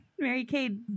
Mary-Kate